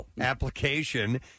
application